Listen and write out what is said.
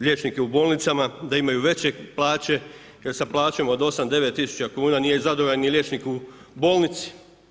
liječnike u bolnicama, da imaju veće plaće, jer sa plaćom, od 8-9 tisuća kuna nije zadovoljan ni liječnik u bolnici.